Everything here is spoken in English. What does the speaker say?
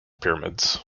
pyramids